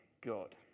God